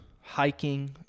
hiking